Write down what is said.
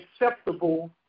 acceptable